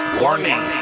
Warning